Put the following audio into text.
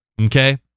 Okay